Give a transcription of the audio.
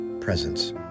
Presence